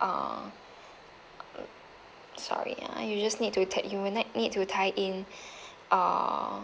uh sorry ah you just need to take you will need need to tie in uh